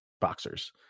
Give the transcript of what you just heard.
boxers